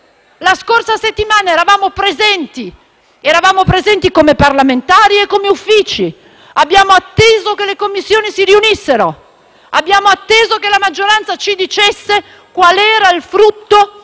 La scorsa settimana eravamo presenti, come parlamentari e come Uffici, abbiamo atteso che le Commissioni si riunissero e che la maggioranza ci dicesse qual era il frutto